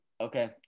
Okay